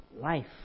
life